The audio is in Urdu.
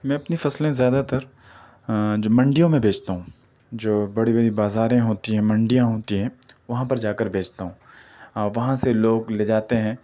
میں اپنی فصلیں زیادہ تر جو منڈیوں میں بیچتا ہوں جو بڑی بڑی بازاریں ہوتی ہیں منڈیاں ہوتی ہیں وہاں پر جا کر بیچتا ہوں اور وہاں سے لوگ لے جاتے ہیں